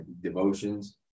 devotions